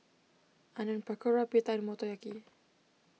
Onion Pakora Pita and Motoyaki